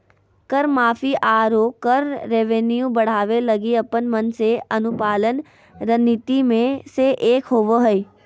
कर माफी, आरो कर रेवेन्यू बढ़ावे लगी अपन मन से अनुपालन रणनीति मे से एक होबा हय